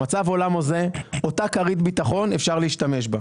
במצב עולם הזה אותה כרית ביטחון, אפשר להשתמש בה.